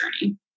journey